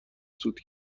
سود